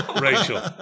Rachel